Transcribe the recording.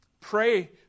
Pray